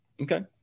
okay